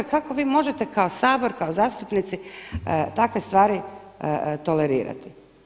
Kako vi možete kao Sabor, kao zastupnici takve stvari tolerirati?